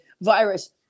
virus